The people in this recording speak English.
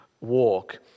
walk